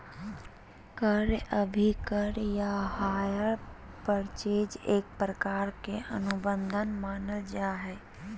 क्रय अभिक्रय या हायर परचेज एक प्रकार के अनुबंध मानल जा हय